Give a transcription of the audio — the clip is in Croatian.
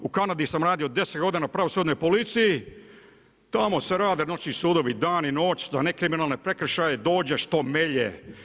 U Kanadi sam radio 10 godina u pravosudnoj policiji, tamo rade noćni sudovi dan i noć za nekriminalne prekršaje, dođeš, to melje.